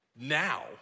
now